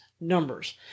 numbers